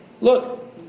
Look